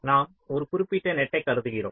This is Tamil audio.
நாம் ஒரு குறிப்பிட்ட நெட்டை கருதுகிறோம்